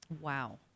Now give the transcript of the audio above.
Wow